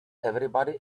everybody